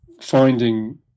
finding